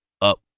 up